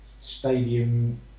stadium